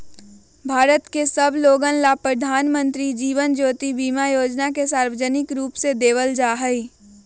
भारत के सब लोगन ला प्रधानमंत्री जीवन ज्योति बीमा योजना के सार्वजनिक रूप से देवल जाहई